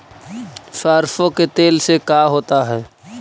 सरसों के तेल से का होता है?